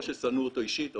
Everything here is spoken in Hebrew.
או ששנאו אותו אישית,